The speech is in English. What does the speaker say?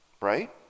Right